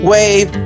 Wave